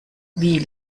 wie